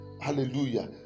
Hallelujah